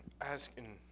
asking